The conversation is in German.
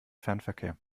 fernverkehr